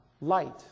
light